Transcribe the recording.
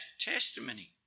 testimony